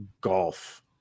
golf